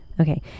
Okay